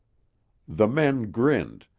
the men grinned,